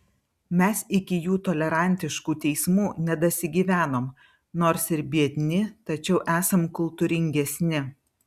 mes iki jų tolerantiškų teismų nedasigyvenom nors ir biedni tačiau esam kultūringesni